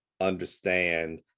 understand